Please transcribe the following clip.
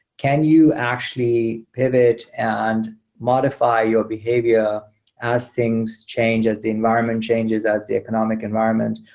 can you actually pivot and modify your behavior as things change, as the environment changes, as the economic environment,